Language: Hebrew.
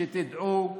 שתדעו,